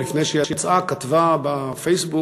לפני שיצאה כתבה בפייסבוק,